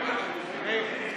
גביר,